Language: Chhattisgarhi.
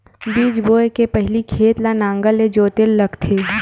बीज बोय के पहिली खेत ल नांगर से जोतेल लगथे?